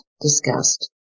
discussed